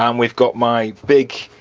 um we've got my big,